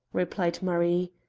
replied marie.